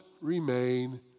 remain